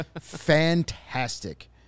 fantastic